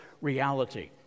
reality